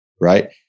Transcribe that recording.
right